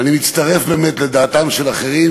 ואני מצטרף באמת לדעתם של אחרים,